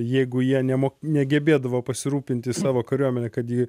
jeigu jie nemok negebėdavo pasirūpinti savo kariuomene kad ji